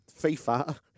FIFA